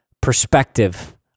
perspective